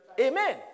Amen